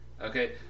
okay